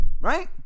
right